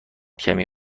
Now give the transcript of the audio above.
کمی